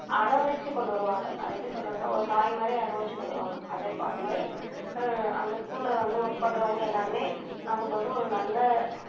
அரவணைச்சி கொண்டு வருவாங்க அதை எப்படி சொல்கிறதுன்னா ஒரு தாய் மாதிரி அரவணைச்சி கொண்டு வருவாங்க அதை இப் அது மாதிரி அந்த ஸ்கூலில் வந்து ஒர்க் பண்றவங்களும் எல்லோருமே நமக்கு வந்து ஒரு நல்ல